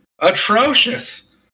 atrocious